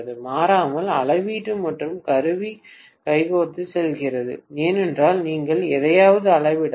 மாறாமல் அளவீட்டு மற்றும் கருவி கைகோர்த்துச் செல்கிறது ஏனென்றால் நீங்கள் எதையாவது அளவிடலாம்